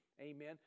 Amen